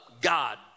God